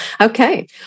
Okay